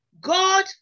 God